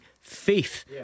faith